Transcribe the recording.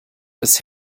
des